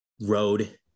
road